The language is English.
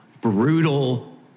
brutal